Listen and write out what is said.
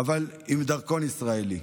אבל עם דרכון ישראלי.